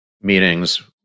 meetings